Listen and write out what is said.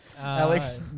Alex